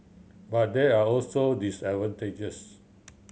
but there are also disadvantages